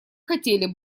хотели